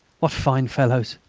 what fine fellows!